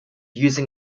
using